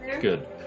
Good